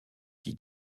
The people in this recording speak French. qui